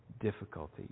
difficulty